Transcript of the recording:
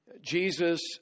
Jesus